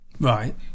Right